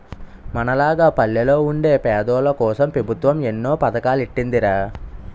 మనలాగ పల్లెల్లో వుండే పేదోల్లకోసం పెబుత్వం ఎన్నో పదకాలెట్టీందిరా